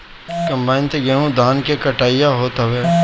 combine से गेंहू धान के कटिया होत हवे